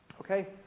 Okay